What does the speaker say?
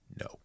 No